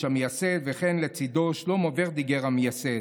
ליבוביץ, המייסד, ולצידו שלמה ורדיגר, המייסד.